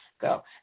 go